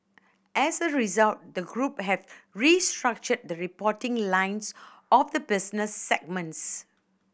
as a result the group have restructured the reporting lines of the business segments